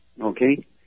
Okay